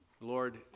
Lord